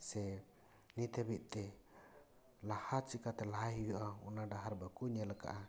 ᱥᱮ ᱱᱤᱛ ᱦᱟᱹᱵᱤᱡ ᱛᱮ ᱞᱟᱦᱟ ᱪᱤᱠᱟᱹᱛᱮ ᱞᱟᱦᱟᱭ ᱦᱩᱭᱩᱜᱼᱟ ᱚᱱᱟ ᱰᱟᱦᱟᱨ ᱵᱟᱠᱚ ᱧᱮᱞ ᱟᱠᱟᱫᱼᱟ ᱚᱱᱠᱟᱱ ᱦᱚᱲ ᱠᱚᱫᱚ